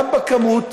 גם בכמות,